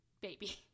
baby